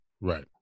Right